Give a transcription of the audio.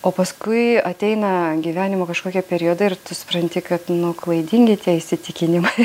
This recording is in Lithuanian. o paskui ateina gyvenimo kažkokie periodai ir tu supranti kad nu klaidingi tie įsitikinimai